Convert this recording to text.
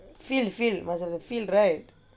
feel feel must have the field right